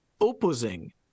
opposing